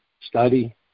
study